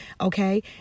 okay